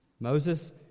Moses